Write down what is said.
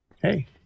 Hey